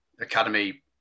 academy